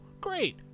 great